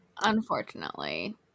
unfortunately